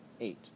Eight